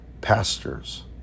pastors